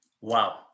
Wow